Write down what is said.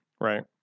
right